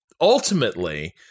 ultimately